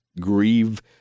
grieve